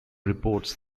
reports